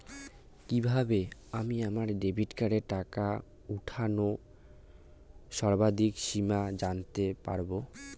কিভাবে আমি আমার ডেবিট কার্ডের টাকা ওঠানোর সর্বাধিক সীমা জানতে পারব?